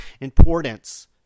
importance